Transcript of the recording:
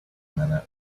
minute